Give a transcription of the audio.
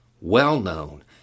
well-known